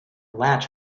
latch